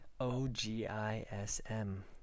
O-G-I-S-M